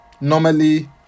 normally